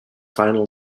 final